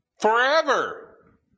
Forever